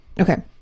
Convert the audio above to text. Okay